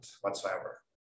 whatsoever